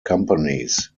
companies